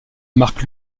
marque